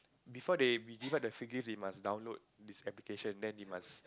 before they we give out the free gift they must download this application then they must